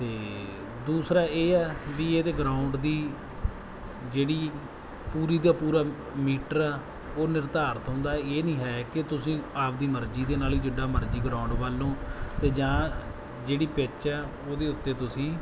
ਅਤੇ ਦੂਸਰਾ ਇਹ ਹੈ ਵੀ ਇਹਦੇ ਗਰਾਊਂਡ ਦੀ ਜਿਹੜੀ ਪੂਰੀ ਦਾ ਪੂਰਾ ਮੀਟਰ ਆ ਉਹ ਨਿਰਧਾਰਿਤ ਹੁੰਦਾ ਇਹ ਨਹੀਂ ਹੈ ਕਿ ਤੁਸੀਂ ਆਪਦੀ ਮਰਜ਼ੀ ਦੇ ਨਾਲ ਹੀ ਜਿੱਡਾ ਮਰਜ਼ੀ ਗਰਾਉਂਡ ਵੱਲ ਨੂੰ ਅਤੇ ਜਾਂ ਜਿਹੜੀ ਪਿੱਚ ਆ ਉਹਦੇ ਉੱਤੇ ਤੁਸੀਂ